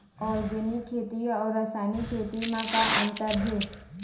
Organic खेती अउ रासायनिक खेती म का अंतर हे?